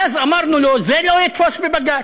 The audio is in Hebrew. ואז אמרנו לו: זה לא יתפוס בבג"ץ.